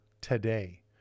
today